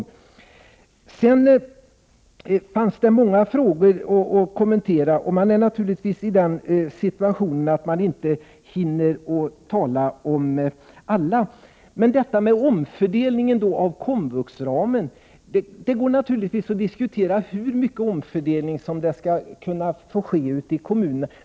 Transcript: Naturligtvis hinner jag inte kommentera alla förslag och frågor, men jag tar upp en del. Beträffande omfördelningen av komvuxramen går det naturligtvis att diskutera hur mycket omfördelning som skall få ske ute i kommunerna.